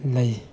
ꯂꯩ